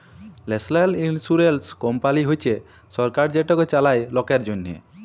national insurance company হছে সরকার যেটকে চালায় লকের জ্যনহে